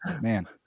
man